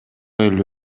эле